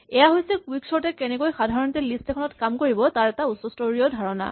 এয়া হৈছে কুইকচৰ্ট এ কেনেকৈ সাধাৰণ লিষ্ট এখনত কাম কৰিব তাৰ এটা উচ্চ স্তৰীয় ধাৰণা